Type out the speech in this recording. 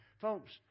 Folks